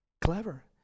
Clever